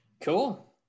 Cool